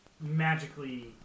magically